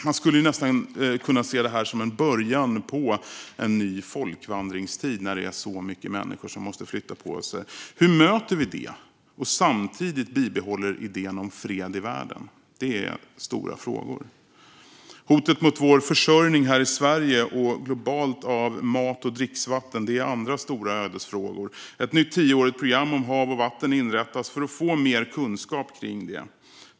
Man skulle nästan kunna se detta som en början på en ny folkvandringstid när det är så många människor som måste flytta på sig. Hur möter vi det och samtidigt bibehåller idén om fred i världen? Det är en stor fråga. Hotet mot vår försörjning, här i Sverige och globalt, av mat och dricksvatten är andra stora ödesfrågor. Ett nytt tioårigt program om hav och vatten inrättas för att få mer kunskap kring det.